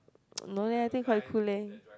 no leh I think quite cool leh